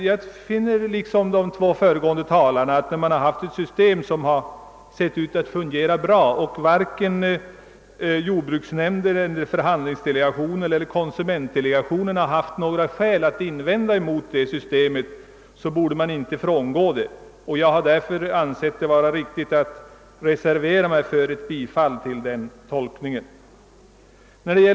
Jag anser, liksom de två föregående talarna, att när man har ett system som förefaller att ha fungerat bra och när varken jordbruksnämnden, jordbrukets förhandlingsdelegation eller konsumentdelegationen haft några invändningar att göra mot systemet, så bör man inte frångå detta. Jag har därför reserverat mig för bifall till denna tolkning.